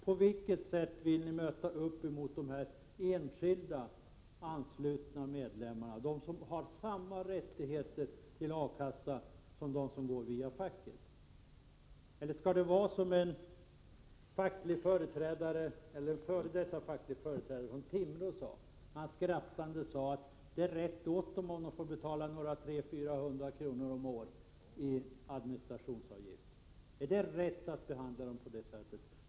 På vilket sätt vill ni tillmötesgå dessa enskilt anslutna medlemmar, som har samma rätt att tillhöra A-kassan som de som är med i facket. Eller skall det vara så, som en före detta facklig ledare från Timrå ansåg, när han skrattande menade att det är rätt åt dem om de får betala 300-400 kr. om året i administrationsavgift? Är det rätt att behandla dem på det sättet?